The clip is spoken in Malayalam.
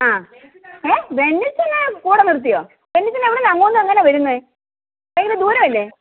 ആ ഏ ബെന്നിച്ചനെ കൂടെ നിർത്തിയോ ബെന്നിച്ചൻ എവിടുന്നാണ് അവിടുന്നെങ്ങനാണ് വരുന്നത് ഭയങ്കര ദൂരമല്ലേ